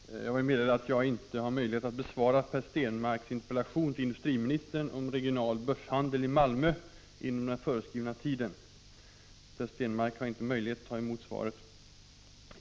Fru talman! Jag vill meddela att jag inte har möjlighet att besvara Per Stenmarcks interpellation till industriministern om regional börshandel i Malmö inom den föreskrivna tiden. Skälet är att Per Stenmarck inte har möjlighet att ta emot svaret i dag.